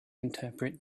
interpret